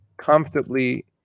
comfortably